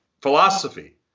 philosophy